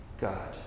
God